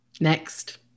Next